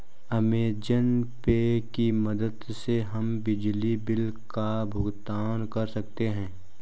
Amazon Pay की मदद से हम बिजली बिल का भुगतान कर सकते हैं